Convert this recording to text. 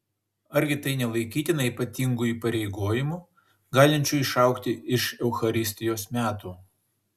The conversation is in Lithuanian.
argi tai nelaikytina ypatingu įpareigojimu galinčiu išaugti iš eucharistijos metų